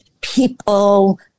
People